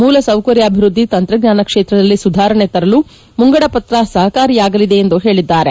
ಮೂಲ ಸೌಕರ್ಯಾಭಿವೃದ್ಧಿ ತಂತ್ರಜ್ಞಾನ ಕ್ಷೇತ್ರದಲ್ಲಿ ಸುಧಾರಣೆ ತರಲು ಮುಂಗಡ ಪತ್ರ ಸಹಕಾರಿಯಾಗಲಿದೆ ಎಂದು ಹೇಳಿದ್ದಾರೆ